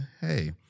hey